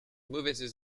mauvaises